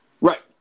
Right